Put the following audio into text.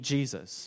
Jesus